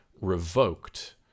revoked